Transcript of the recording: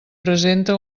presenta